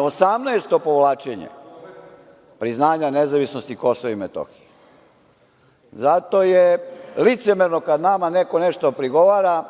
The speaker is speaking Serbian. osamnaesto povlačenje priznanja nezavisnosti Kosova i Metohije. Zato je licemerno kada nama neko nešto prigovara,